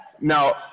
Now